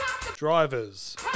Drivers